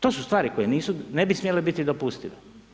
To su stvari koji ne bi smjele biti dopustive.